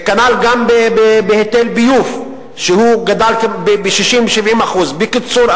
כנ"ל גם בהיטל ביוב שגדל ב-60% 70%. בקיצור,